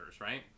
right